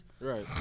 Right